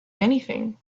anything